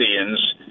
Indians